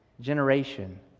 generation